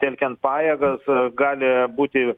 telkiant pajėgas gali būti